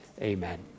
amen